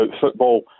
football